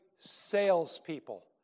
Salespeople